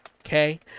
Okay